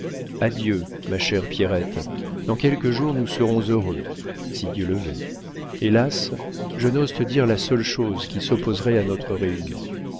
adieu ma chère pierrette dans quelques jours nous serons heureux si dieu le veut hélas je n'ose te dire la seule chose qui s'opposerait à notre réunion